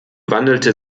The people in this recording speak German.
wandelte